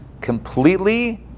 completely